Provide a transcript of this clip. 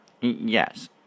Yes